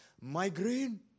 migraine